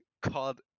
called